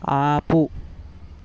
ఆపు